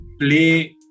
play